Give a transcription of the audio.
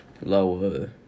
lower